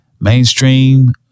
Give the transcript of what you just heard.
mainstream